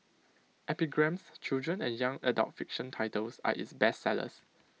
epigram's children and young adult fiction titles are its bestsellers